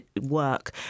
work